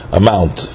amount